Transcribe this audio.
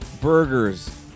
burgers